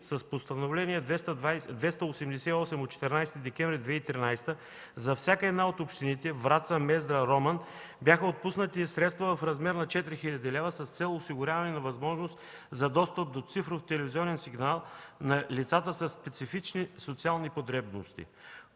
с Постановление № 288 от 14 декември 2013 г. за всяка от общините Враца, Мездра, Роман бяха отпуснати средства в размер на 4 хил. лв. с цел осигуряване на възможност за достъп до цифров телевизионен сигнал на лицата със специфични социални потребности,